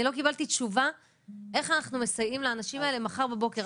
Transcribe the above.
לא קיבלתי תשובה איך אנחנו מסייעים לאנשים האלה מחר בבוקר.